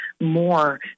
more